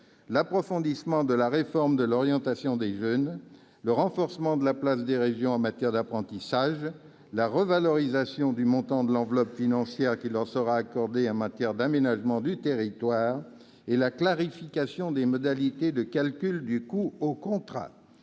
l'approfondissement de la réforme de l'orientation des jeunes ; le renforcement de la place des régions en matière d'apprentissage ; la revalorisation du montant de l'enveloppe financière qui leur sera accordée en matière d'aménagement du territoire ; enfin, la clarification des modalités de calcul du coût au contrat.